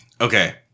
okay